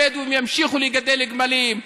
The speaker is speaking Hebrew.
הבדואים ימשיכו לגדל גמלים,